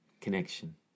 Connection